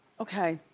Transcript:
okay.